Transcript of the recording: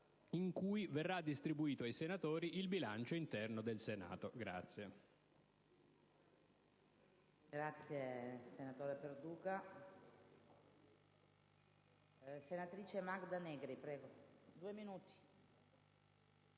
in cui verrà distribuito ai senatori il bilancio interno del Senato.